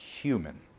human